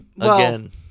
Again